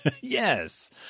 Yes